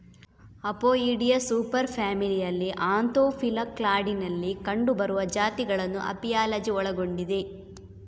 Apoidea super ಫ್ಯಾಮಿಲಿಯಲ್ಲಿ Anthophila ಕ್ಲಾಡಿನಲ್ಲಿ ಕಂಡುಬರುವ ಜಾತಿಗಳನ್ನು ಅಪಿಯಾಲಜಿ ಒಳಗೊಂಡಿದೆ